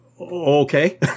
Okay